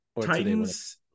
Titans